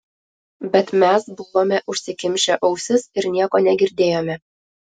bet mes buvome užsikimšę ausis ir nieko negirdėjome